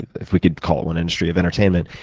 if we can call it an industry of entertainment,